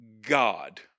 God